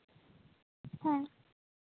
ᱦᱮᱸ